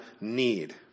need